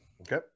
Okay